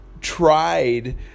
tried